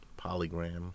Polygram